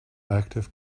active